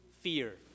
fear